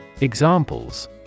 Examples